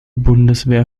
bundeswehr